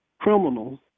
criminals